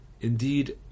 Indeed